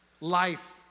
life